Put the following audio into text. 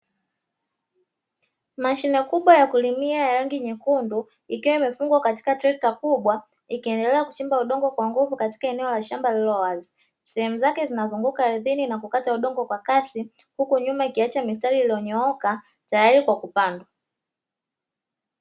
Mashine kubwa ya kulimia ya rangi nyekundu ikawa imefungwa katika trekta kubwa ikiendelea kuchimba udongo kwa nguvu katika eneo la shamba lililo wazi, sehemu zake zinazunguka ardhini na kukata udongo kwa kasi huku nyuma ikiacha mistari iliyonyooka tayari kwa kupandwa.